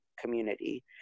community